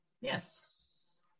Yes